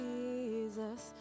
Jesus